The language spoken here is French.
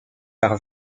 par